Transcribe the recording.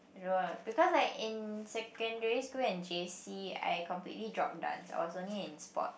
I don't know ah because like in secondary school and j_c I completely drop dance I was only in sport